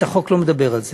החוק לא מדבר על זה.